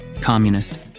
Communist